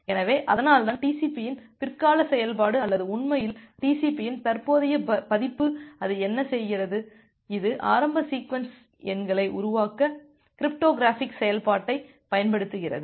எனவே அதனால்தான் TCPயின் பிற்கால செயல்பாடு அல்லது உண்மையில் TCPயின் தற்போதைய பதிப்பு அது என்ன செய்கிறது இது ஆரம்ப சீக்வென்ஸ் எண்களை உருவாக்க கிரிப்டோகிராஃபிக் செயல்பாட்டைப் பயன்படுத்துகிறது